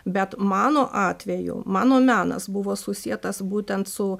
bet mano atveju mano menas buvo susietas būtent su